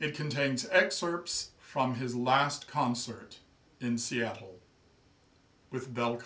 it contains excerpts from his last concert in seattle with bel